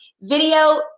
video